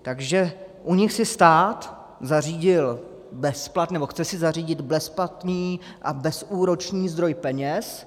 Takže u nich si stát zařídil, nebo chce si zařídit, bezplatný a bezúročný zdroj peněz.